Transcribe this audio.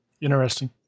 Interesting